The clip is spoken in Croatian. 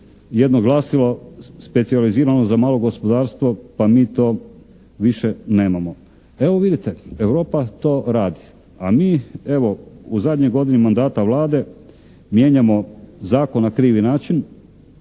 jedno glasilo specijalizirano za malo gospodarstvo pa mi to više nemamo. Evo vidite, Europa to radi, a mi evo u zadnjoj godini mandata Vlade mijenjamo Zakon na krivi način,